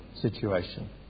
situation